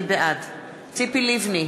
בעד ציפי לבני,